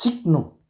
सिक्नु